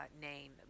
name